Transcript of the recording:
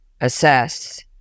assess